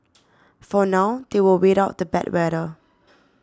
for now they will wait out the bad weather